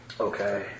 Okay